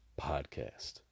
Podcast